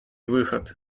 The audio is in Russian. выход